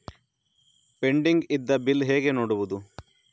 Pending ಇದ್ದ bill ಹೇಗೆ ನೋಡುವುದು?